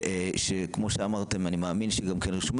כמו שאמרתם, אני מאמין שגם רושמים